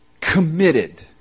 committed